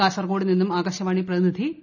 കാസർകോട് നിന്നും ആകാശവാണി പ്രതിനിധി പി